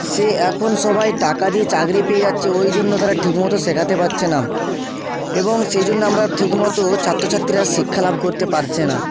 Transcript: সে এখন সবাই টাকা দিয়ে চাকরি পেয়ে যাচ্ছে ওই জন্য তারা ঠিকমতো শেখাতে পারছে না এবং সেই জন্য আমরা ঠিকমতো ছাত্র ছাত্রীরা শিক্ষালাভ করতে পারছে না